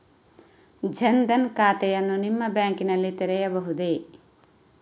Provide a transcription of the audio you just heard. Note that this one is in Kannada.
ಜನ ದನ್ ಖಾತೆಯನ್ನು ನಿಮ್ಮ ಬ್ಯಾಂಕ್ ನಲ್ಲಿ ತೆರೆಯಬಹುದೇ?